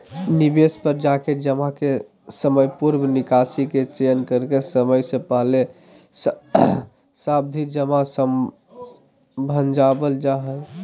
निवेश पर जाके जमा के समयपूर्व निकासी के चयन करके समय से पहले सावधि जमा भंजावल जा हय